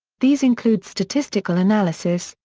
these include statistical analysis,